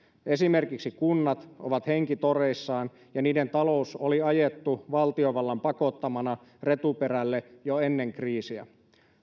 esimerkiksi kunnat ovat henkitoreissaan ja niiden talous oli ajettu valtiovallan pakottamana retuperälle jo ennen kriisiä